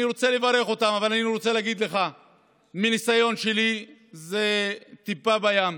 אבל אני רוצה להגיד לך שמהניסיון שלי זה טיפה בים.